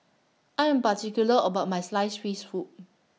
I Am particular about My Sliced Fish Soup